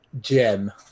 gem